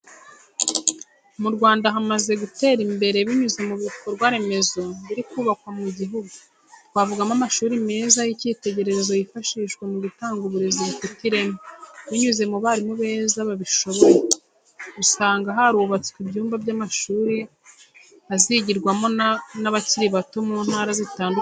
Mu Rwanda hamaze gutera imbere binyuze mu bikorwaremezo biri kubakwa mu gihugu, twavugamo amashuri meza y'ikitegererezo yifashishwa mu gutanga uburezi bufite ireme, binyuze mu barimu beza babishoboye, usanga harubatswe ibyumba by'amashuri azigirwamo n'abakiri bato mu ntara zitandukanye z'igihugu.